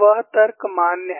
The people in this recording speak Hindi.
वह तर्क मान्य है